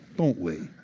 don't we?